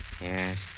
Yes